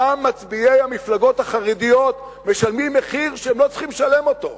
גם מצביעי המפלגות החרדיות משלמים מחיר שהם לא צריכים לשלם אותו: